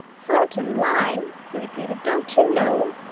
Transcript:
thornton lyne? he repeated. don't you know?